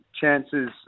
chances